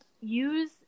use